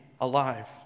alive